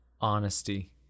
honesty